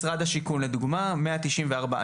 משרד השיכון, לדוגמא, מאה תשעים וארבע.